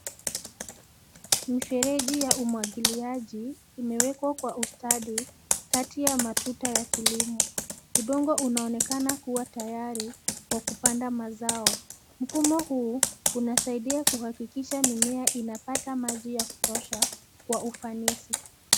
Mifereji ya umwagiliaji imewekwa kwa ustadi kati ya matuta ya kilimo. Udongo unaonekana kuwa tayari kwa kupanda mazao. Mfumo huu unahakikisha kuwa mimea inapata maji ya kutosha kwa ufanisi.